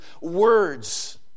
words